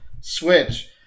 Switch